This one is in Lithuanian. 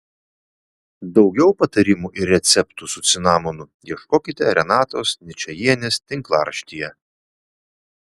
daugiau patarimų ir receptų su cinamonu ieškokite renatos ničajienės tinklaraštyje